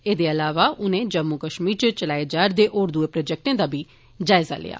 ऐदे अलावा उनें जम्मू कश्मीर इच चलाएं जा करदे होर दुए प्रोजैक्टें दा बी जायजा लैता